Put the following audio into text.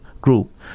group